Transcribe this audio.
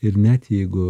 ir net jeigu